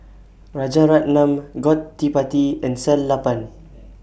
Rajaratnam Gottipati and Sellapan